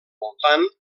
voltant